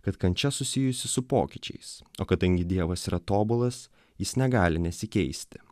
kad kančia susijusi su pokyčiais o kadangi dievas yra tobulas jis negali nesikeisti